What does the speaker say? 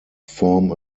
form